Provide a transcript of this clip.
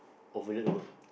overload the work